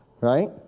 right